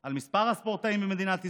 על מספר הספורטאים במדינת ישראל,